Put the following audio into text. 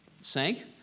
sank